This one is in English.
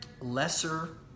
lesser